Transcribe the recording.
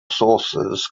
sources